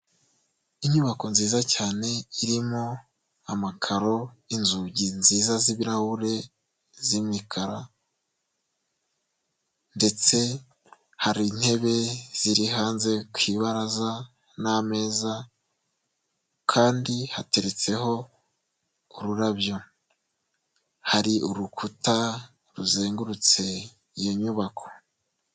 Inyubako nziza cyane irimo amakaro, inzugi nziza z'ibirahure z'imikara ndetse hari intebe ziri hanze ku ibaraza n'ameza, kandi hateretseho ururabyo, hari urukuta ruzengurutse iyo nyubako.